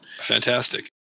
Fantastic